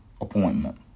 appointment